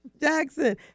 Jackson